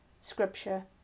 scripture